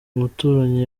umuturanyi